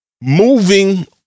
Moving